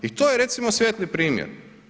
I to je recimo svijetli primjer.